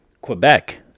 Quebec